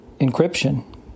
encryption